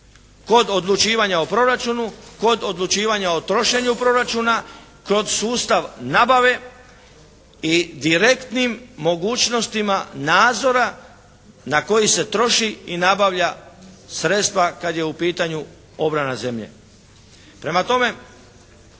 kod odlučivanja o proračunu, kod odlučivanja o trošenju proračunu, kroz sustav nabave i direktnim mogućnostima nadzora na koji se troši i nabavlja sredstva kad je u pitanju obrana zemlje. Prema tome